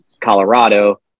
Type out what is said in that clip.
Colorado